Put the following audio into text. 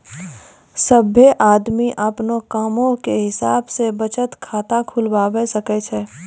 सभ्भे आदमी अपनो कामो के हिसाब से बचत खाता खुलबाबै सकै छै